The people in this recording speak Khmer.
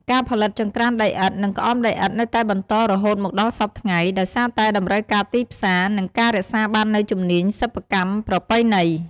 ការផលិតចង្ក្រានដីឥដ្ឋ និងក្អមដីឥដ្ឋនៅតែបន្តរហូតមកដល់សព្វថ្ងៃ ដោយសារតែតម្រូវការទីផ្សារ និងការរក្សាបាននូវជំនាញសិប្បកម្មប្រពៃណី។